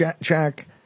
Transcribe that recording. jack